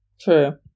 True